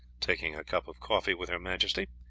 taking a cup of coffee with her majesty,